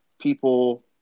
people